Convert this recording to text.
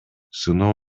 сыноо